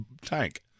tank